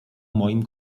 moim